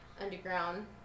underground